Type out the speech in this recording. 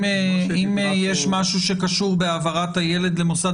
אם יש משהו שקשור בהעברת הילד למוסד